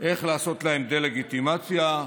לעשות להם דה-לגיטימציה,